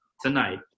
tonight